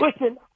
Listen